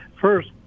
first